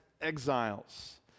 exiles